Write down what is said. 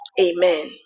amen